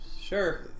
Sure